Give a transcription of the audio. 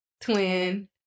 Twin